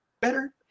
better